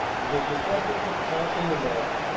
it is the subject of talk in the mess,